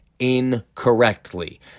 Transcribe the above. Incorrectly